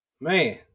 Man